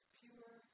pure